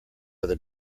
other